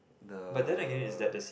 the